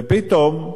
ופתאום,